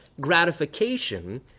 gratification